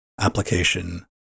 application